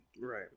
Right